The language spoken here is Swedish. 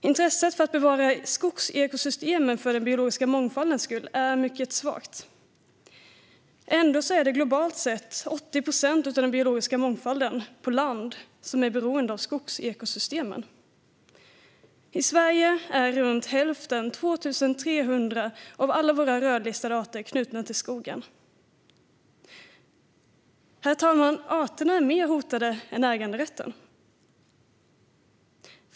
Intresset för att bevara skogsekosystemen för den biologiska mångfaldens skull är mycket svagt. Ändå är 80 procent av den biologiska mångfalden på land globalt sett beroende av skogsekosystemen. I Sverige är runt hälften, 2 300, av alla våra rödlistade arter knutna till skogen. Herr talman! Arterna är mer hotade än äganderätten.